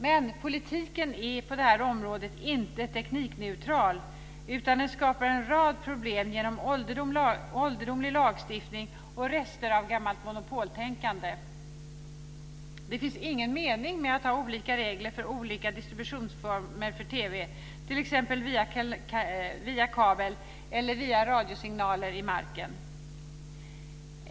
Men politiken är på detta område inte teknikneutral, utan den skapar en rad problem genom ålderdomlig lagstiftning och rester av gammalt monopoltänkande. Det finns ingen mening med att ha olika regler för olika distributionsformer för TV t.ex. via kabel eller via radiosignaler i marken.